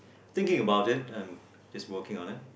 thinking about it and just working on it